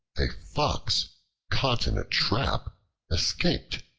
a fox caught in a trap escaped,